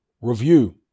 review